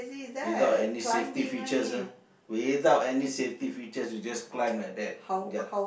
without any safety features ah without any safety features you just climb like that ya